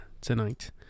tonight